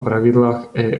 pravidlách